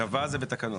לגבי